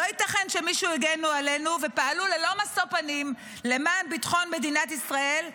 לא ייתכן שמי שהגנו עלינו ופעלו ללא משוא פנים למען ביטחון מדינת ישראל,